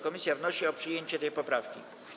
Komisja wnosi o przyjęcie tej poprawki.